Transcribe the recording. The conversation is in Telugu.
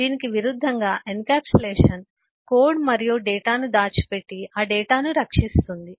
దీనికి విరుద్ధంగా ఎన్క్యాప్సులేషన్ కోడ్ మరియు డేటాను దాచిపెట్టి ఆ డేటాను రక్షిస్తుంది